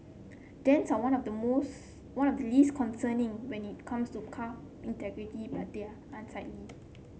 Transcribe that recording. dents are one of the most one of the least concerning when it comes to car integrity but they're unsightly